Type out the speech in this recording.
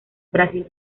brasil